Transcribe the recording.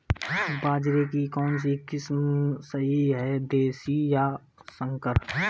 बाजरे की कौनसी किस्म सही हैं देशी या संकर?